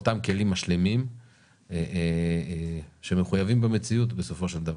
אותם כלים משלימים שמחויבים במציאות בסופו של דבר.